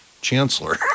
chancellor